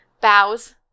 bows